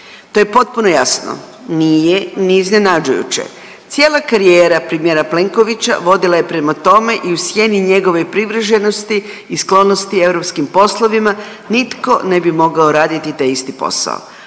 to je potpuno jasno. Nije ni iznenađujuće. Cijela karijera premijera Plenkovića vodila je prema tome i u sjeni njegove privrženosti i sklonosti europskim poslovima, nitko ne bi mogao raditi taj isti posao,